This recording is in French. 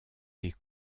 des